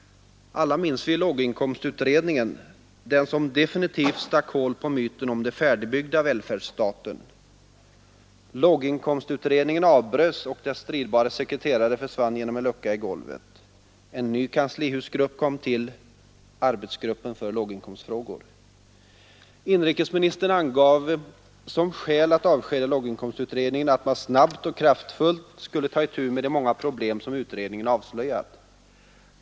Alla minns vi låginkomstutredningen — den som definitivt stack hål på myten om den färdigbyggda välfärdsstaten. Låginkomstutredningen avbröts och dess stridbare sekreterare försvann genom en lucka i golvet. En ny kanslihusgrupp kom till arbetsgruppen för låginkomstfrågor Inrikesministern angav som skäl för att avskeda låginkomstutredningen att man snabbt och kraftfullt skulle ta itu med de många problem som utredningen avslöjat.